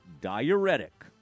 diuretic